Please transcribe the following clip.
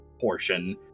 portion